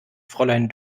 fräulein